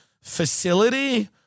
facility